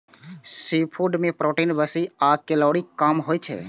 seafood मे protein बेसी आ कैलोरी कम होइ छै